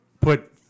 put